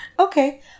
Okay